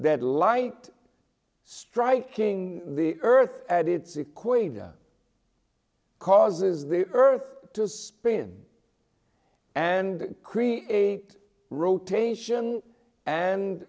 that light striking the earth at its equator causes the earth to spin and create rotation and